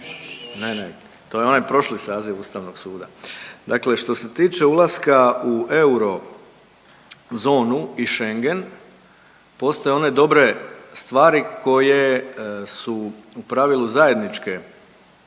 Ne, ne. To je onaj prošli saziv Ustavnog suda. Dakle, što se tiče ulaska u eurozonu i Schengen postoje one dobre stvari koje su u pravilu zajedničke,